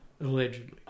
allegedly